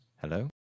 Hello